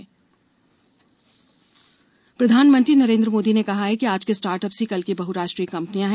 PM startup प्रधानमंत्री नरेन्द्रमोदी ने कहा है कि आज के स्टार्टअप्स ही कल की बहुराष्ट्रीय कंपनियां हैं